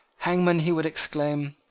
hangman, he would exclaim,